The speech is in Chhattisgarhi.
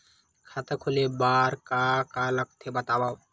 खाता खोले बार का का लगथे बतावव?